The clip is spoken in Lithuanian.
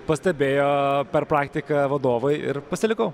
pastebėjo per praktiką vadovai ir pasilikau